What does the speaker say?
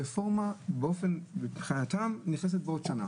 הרפורמה מבחינתם נכנסת בעוד שנה